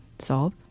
solve